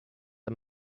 are